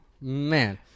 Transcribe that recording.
Man